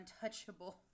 untouchable